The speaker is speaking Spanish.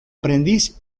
aprendiz